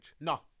No